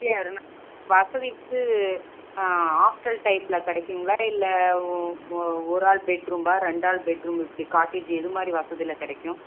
எதனா வசதி வந்து ஹாஸ்டல் டைப்பில் கிடைக்குங்களா இல்லை ஒ ஒ ஒரு ஆள் பெட்ரூம்பா ரெண்டாள் பெட்ரூம் இப்படி காட்டேஜ் எதுமாதிரி வசதியில கிடைக்கும்